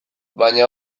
baina